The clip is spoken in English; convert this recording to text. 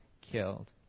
killed